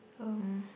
um